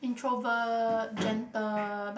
introvert gentle but